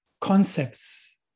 concepts